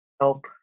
Nope